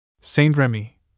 Saint-Remy